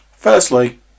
Firstly